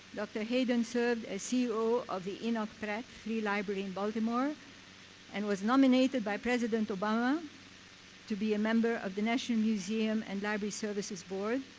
dr. hayden served as ceo of the enoch pratt free library in baltimore and was nominated by president obama to be a member of the national museum and library services board.